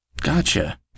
Gotcha